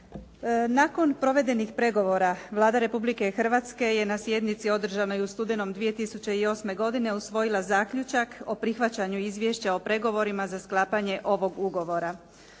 Nakon provedenih pregovora Vlada Republike Hrvatske je na sjednici održanoj u studenom 2008. godine usvojila zaključak o prihvaćanju Izvješća o pregovorima za sklapanje ovog ugovora.